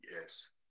Yes